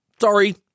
sorry